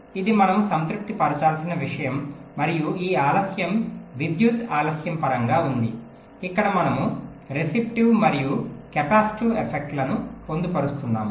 ఇది మనము సంతృప్తి పరచాల్సిన విషయం మరియు ఈ ఆలస్యం విద్యుత్ ఆలస్యం పరంగా ఉంది ఇక్కడ మనము రెసిస్టివ్ మరియు కెపాసిటివ్ ఎఫెక్ట్లను పొందుపరుస్తున్నాము